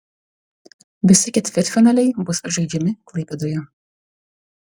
visi ketvirtfinaliai bus žaidžiami klaipėdoje